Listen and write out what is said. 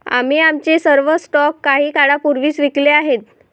आम्ही आमचे सर्व स्टॉक काही काळापूर्वीच विकले आहेत